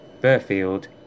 Burfield